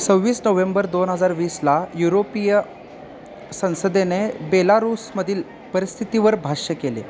सव्वीस नोव्हेंबर दोन हजार वीसला युरोपिय संसदेने बेलारुसमधील परिस्थितीवर भाष्य केले